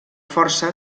força